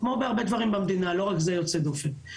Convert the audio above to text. כמו בהרבה דברים במדינה - לא רק זה יוצא דופן.